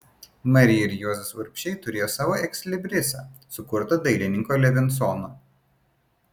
marija ir juozas urbšiai turėjo savo ekslibrisą sukurtą dailininko levinsono